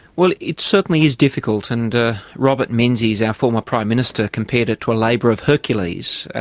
well, it certainly is difficult, and robert menzies, our former prime minister, compared it to a labour of hercules,